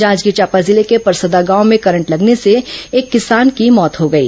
जांजगीर चांपा जिले के परसदा गांव में करंट लगने से एक किसान की मौत हो गई